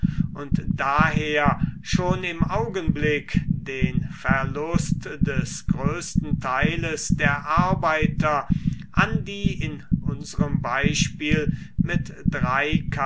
und daher schon im augenblick den verlust des größten teiles der arbeiter an die in unserem beispiel mit